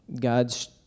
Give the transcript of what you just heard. God's